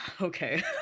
Okay